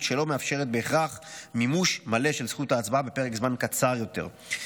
שלא מאפשרת בהכרח מימוש מלא של זכות ההצבעה בפרק זמן קצר יותר.